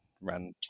ran